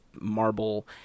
Marble